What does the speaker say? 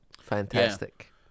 Fantastic